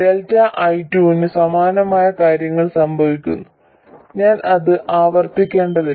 ΔI2 ന് സമാനമായ കാര്യങ്ങൾ സംഭവിക്കുന്നു ഞാൻ അത് ആവർത്തിക്കേണ്ടതില്ല